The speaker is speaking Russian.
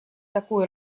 такой